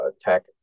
tech